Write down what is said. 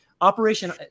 Operation –